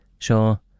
Sure